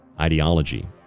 ideology